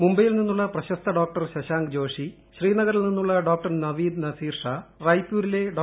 മുംബൈയിൽ നിന്നുള്ള പ്രശസ്ത ഡോക്ടർ ശശാങ്ക് ജോഷി ശ്രീനഗറിൽ നിന്നുള്ള ഡോക്ടർ നവീദ് നസീർ ഷാ റായ്പൂരിലെ ഡോ